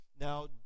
Now